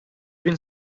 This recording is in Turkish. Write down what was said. bin